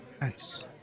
Nice